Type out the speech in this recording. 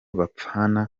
bapfana